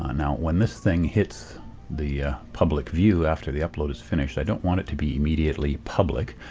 ah now, when this thing hits the public view after the upload is finished i don't want it to be immediately public.